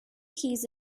keys